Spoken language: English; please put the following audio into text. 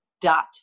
dot